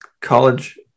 college